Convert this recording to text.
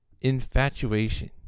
infatuation